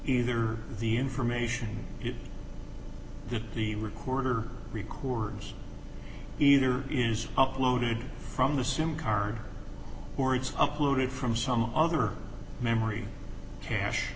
either the information that the recorder records either is uploaded from the sim card or it's uploaded from some other memory ca